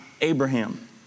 Abraham